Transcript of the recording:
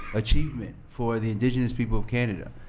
achievement for the indigenous people of canada.